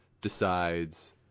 decides